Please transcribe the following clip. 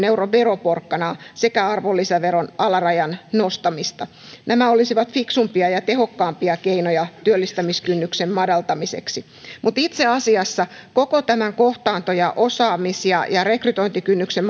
euron veroporkkanaa sekä arvonlisäveron alarajan nostamista nämä olisivat fiksumpia ja tehokkaampia keinoja työllistämiskynnyksen madaltamiseksi mutta itse asiassa koko tämän kohtaanto osaamis ja ja rekrytointikynnyksen